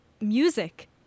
music